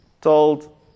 told